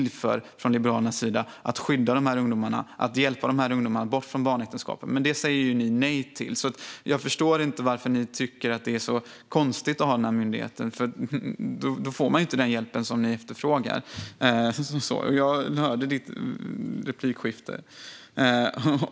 Liberalernas system är till för att skydda dessa ungdomar och hjälpa dem bort från barnäktenskap, men det säger ni nej till. Jag förstår inte varför ni tycker att det är så konstigt att ha denna myndighet, för utan den får de inte den hjälp ni efterfrågar - och jag hörde ditt tidigare replikskifte.